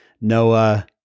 Noah